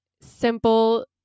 simple